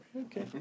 Okay